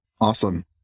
Awesome